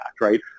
right